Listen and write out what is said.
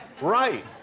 right